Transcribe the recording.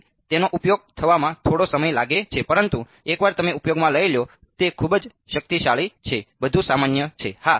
તેથી તેનો ઉપયોગ થવામાં થોડો સમય લાગે છે પરંતુ એકવાર તમે ઉપયોગમાં લઈ લો તે ખૂબ જ શક્તિશાળી છે બધું સામાન્ય છે